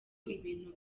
ibintu